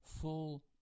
full